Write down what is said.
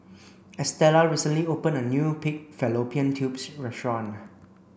Estella recently opened a new pig fallopian tubes restaurant